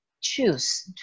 choose